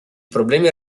problemi